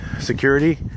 security